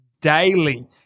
daily